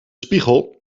spiegel